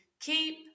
keep